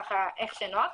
ככה איך שנוח.